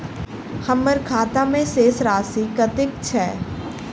हम्मर खाता मे शेष राशि कतेक छैय?